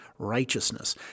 Righteousness